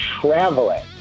traveling